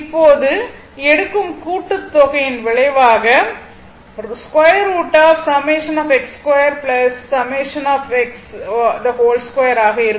இப்போது எடுக்கும் கூட்டுத்தொகையின் விளைவாக ஆக இருக்கும்